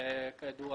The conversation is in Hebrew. שכידוע